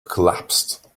collapsed